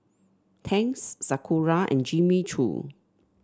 Tangs Sakura and Jimmy Choo